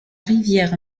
rivière